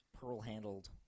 pearl-handled